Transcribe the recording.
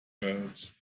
birds